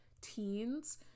teens